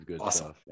Awesome